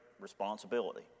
responsibility